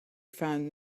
found